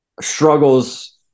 struggles